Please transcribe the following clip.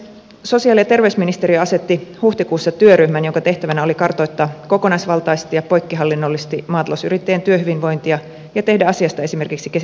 sosiaali ja terveysministeriö asetti huhtikuussa työryhmän jonka tehtävänä oli kartoittaa kokonaisvaltaisesti ja poikkihallinnollisesti maatalousyrittäjien työhyvinvointia ja tehdä asiasta esimerkiksi kehittämisehdotuksia